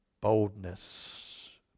boldness